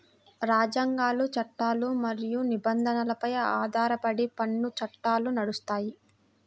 రాజ్యాంగాలు, చట్టాలు మరియు నిబంధనలపై ఆధారపడి పన్ను చట్టాలు నడుస్తాయి